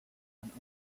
other